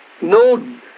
no